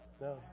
no